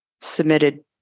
submitted